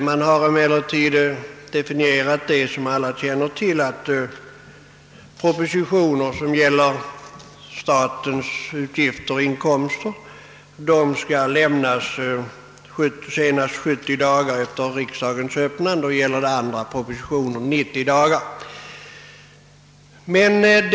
Man har emellertid — som alla känner till — definierat detta så, att propositioner som gäller statens utgifter och inkomster skall lämnas senast 70 dagar och andra propositioner senast 90 dagar efter riksdagens Ööppnande.